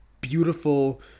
beautiful